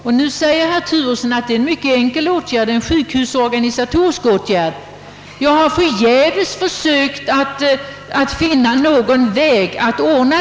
Herr Turesson säger, att det är en mycket enkel sjukhusorganisatorisk åtgärd att ge dem hjälp. Jag har förgäves försökt att finna en sådan väg.